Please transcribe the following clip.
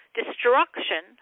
destruction